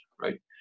right